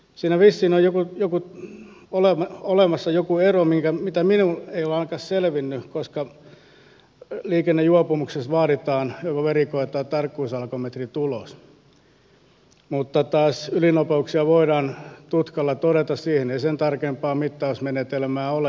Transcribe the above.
siinä vissiin on olemassa joku ero mikä minulle ei ole ainakaan selvinnyt koska liikennejuopumuksessa vaaditaan joko verikoe tai tarkkuusalkometrin tulos mutta taas ylinopeuksia voidaan tutkalla todeta siihen ei sen tarkempaa mittausmenetelmää ole